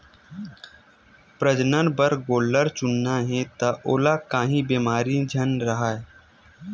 प्रजनन बर गोल्लर चुनना हे त ओला काही बेमारी झन राहय